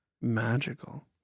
Magical